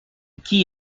qui